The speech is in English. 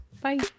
Bye